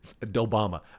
Obama